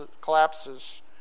collapses